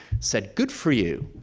said, good for you.